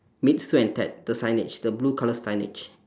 meet sue and ted the signage the blue colour signage